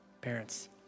Parents